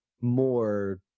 more